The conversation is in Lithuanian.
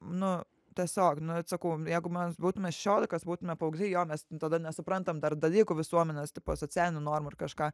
nuo tiesiog nu aš sakau jeigu mes būtume šešiolikos būtume paaugliai jo mes tada nesuprantam dar dalykų visuomenės tipo socialinių normų ir kažką